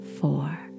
four